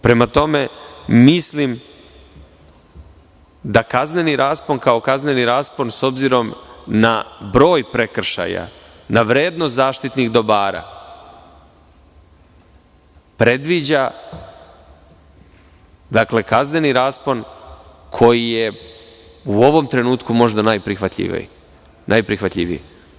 Prema tome, mislim da kazneni raspon, kao kazneni raspon, s obzirom na broj prekršaja, da vrednost zaštitnih dobara predviđa, dakle, kazneni raspon koji je u ovom trenutku možda najprihvatljiviji.